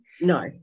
No